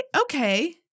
Okay